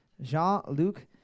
Jean-Luc